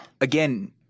again